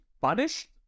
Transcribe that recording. punished